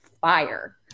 Fire